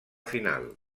final